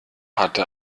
hatte